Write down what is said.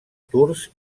tours